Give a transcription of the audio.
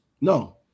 No